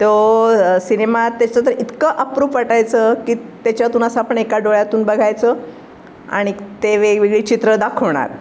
तो सिनेमा त्याचं तर इतकं अप्रूप वाटायचं की त्याच्यातून असं आपण एका डोळ्यातून बघायचं आणि ते वेगवेगळी चित्रं दाखवणार